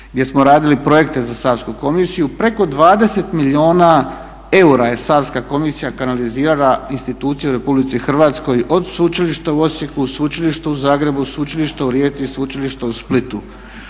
gdje smo radili projekte za Savsku komisiju. Preko 20 milijuna eura je Savska komisija kanalizirala institucije u RH od Sveučilišta u Osijeku, Sveučilišta u Zagrebu, Sveučilišta u Rijeci i Sveučilišta u Splitu.